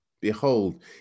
Behold